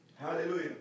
Hallelujah